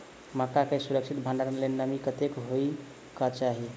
मक्का केँ सुरक्षित भण्डारण लेल नमी कतेक होइ कऽ चाहि?